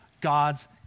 God's